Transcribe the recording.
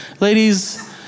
Ladies